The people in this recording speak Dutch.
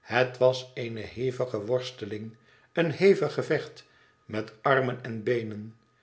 het was eene hevige worsteling een hevig gevecht met armen en beenen